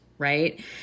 Right